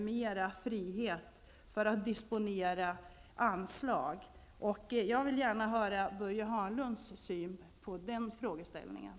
Mer frihet att disponera anslagen! Jag vill gärna höra Börje Hörnlunds reaktion på den synpunkten. Tack!